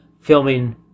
filming